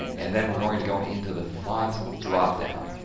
and then we're going to go into the font drop-down,